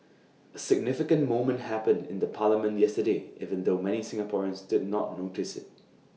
A significant moment happened in the parliament yesterday even though many Singaporeans did not notice IT